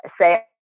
say